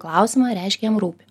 klausimą reiškia jam rūpi